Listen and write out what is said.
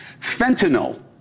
Fentanyl